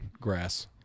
Grass